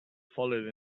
fallen